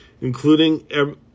including